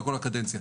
לכל הקדנציה,